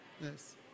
Yes